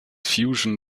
fusion